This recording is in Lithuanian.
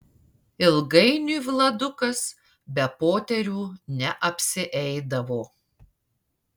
ilgainiui vladukas be poterių neapsieidavo